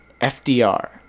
fdr